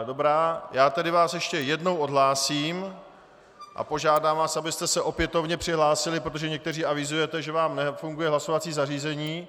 Dobrá, já vás tedy ještě jednou odhlásím a požádám vás, abyste se opětovně přihlásili, protože někteří avizujete, že vám nefunguje hlasovací zařízení.